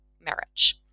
marriage